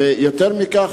יותר מכך,